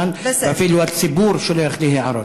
גם היושב-ראש אמר לי שגלשת מעבר לזמן ואפילו הציבור שולח לי הערות.